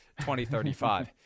2035